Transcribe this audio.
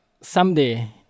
someday